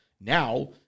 Now